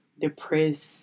depressed